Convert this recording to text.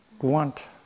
want